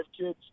kids